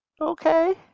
okay